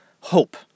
hope